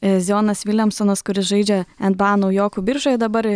zijonas viljamsonas kuris žaidžia nba naujokų biržoje dabar